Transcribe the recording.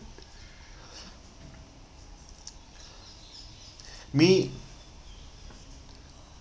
me